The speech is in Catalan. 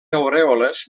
arèoles